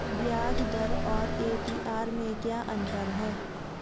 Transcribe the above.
ब्याज दर और ए.पी.आर में क्या अंतर है?